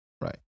Right